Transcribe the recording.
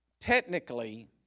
technically